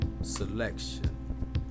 Selection